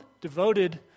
Devoted